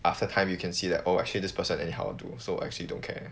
after time you can see that oh actually this person anyhow do so actually don't care